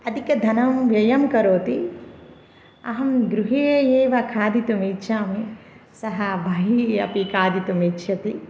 अधिकधनं व्ययं करोति अहं गृहे एव खादितुमिच्छामि सः बहिः अपि खादितुमिच्छति